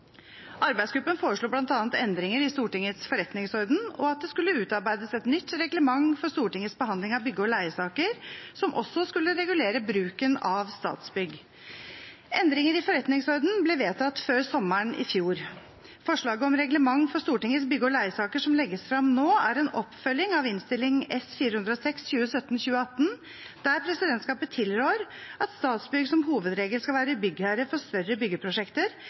Arbeidsgruppen foreslo bl.a. endringer i Stortingets forretningsorden og at det skulle utarbeides et nytt reglement for Stortingets behandling av bygge- og leiesaker som også skulle regulere bruken av Statsbygg. Endringer i forretningsordenen ble vedtatt før sommeren i fjor. Forslaget om reglement for Stortingets bygge- og leiesaker som legges frem nå, er en oppfølging av Innst. S 406 for 2017–2018, der presidentskapet tilrår at Statsbygg som hovedregel skal være byggherre for større byggeprosjekter,